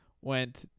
went